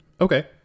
Okay